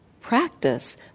practice